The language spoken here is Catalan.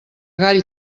gall